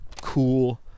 cool